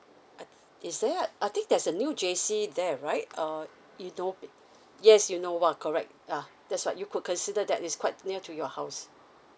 uh is there uh I think there's a new J_C there right err inno~ yes innova correct uh that's what you could consider that is quite near to your house